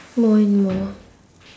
more and more